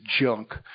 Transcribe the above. junk